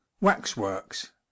Waxworks